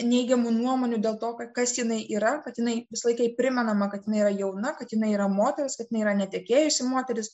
neigiamų nuomonių dėl to kad kas jinai yra kad jinai visą laiką jai primenama kad jinai yra jauna kad jinai yra moteris kad jinai yra netekėjusi moteris